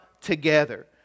together